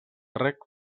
rec